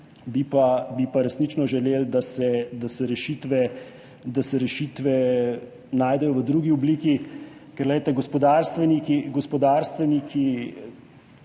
bi pa resnično želeli, da se rešitve najdejo v drugi obliki, ker glejte, gospodarstveniki